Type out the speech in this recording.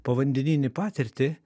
povandeninį patirtį